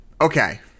Okay